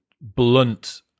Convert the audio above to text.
blunt